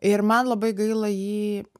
ir man labai gaila jį